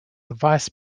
vice